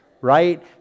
right